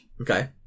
Okay